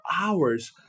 hours